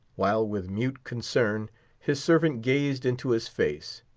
while with mute concern his servant gazed into his face.